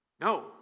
No